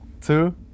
two